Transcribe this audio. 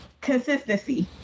consistency